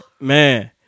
man